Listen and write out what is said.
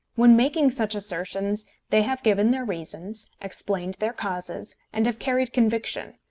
when making such assertions they have given their reasons, explained their causes, and have carried conviction.